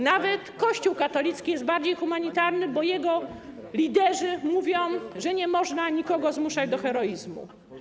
Nawet Kościół katolicki jest bardziej humanitarny, bo jego liderzy mówią, że nie można nikogo zmuszać do heroizmu.